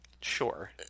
sure